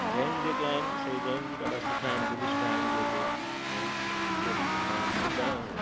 जैन जेके आहिनि साईं जैन बि ॾाढा सुठा आहिनि बुधिस्ट आहिनि जेके ग आं बुधां